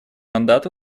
мандат